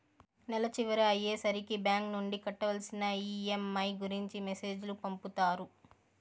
నెల చివర అయ్యే సరికి బ్యాంక్ నుండి కట్టవలసిన ఈ.ఎం.ఐ గురించి మెసేజ్ లు పంపుతారు